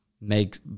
make